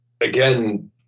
again